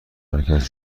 مرکز